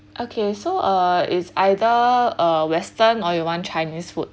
okay so uh is either uh western or you want chinese food